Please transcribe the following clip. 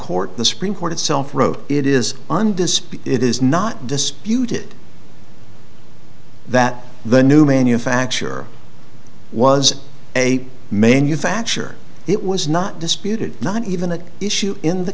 court the supreme court itself wrote it is on display it is not disputed that the new manufacture was a menu fracture it was not disputed not even an issue in th